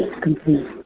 complete